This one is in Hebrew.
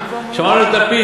שמענו את לפיד,